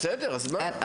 בסדר, אז מה.